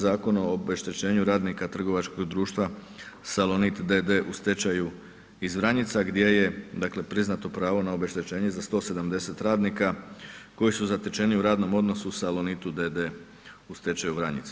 Zakon o obeštećenju radnika trgovačkog društva Salonit d.d. u stečaju iz Vranjica gdje je, dakle priznato pravo na obeštećenje za 170 radnika koji su zatečeni u radnom odnosu u Salonitu d.d. u stečaju, Vranjic.